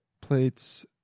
plates